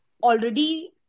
already